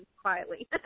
quietly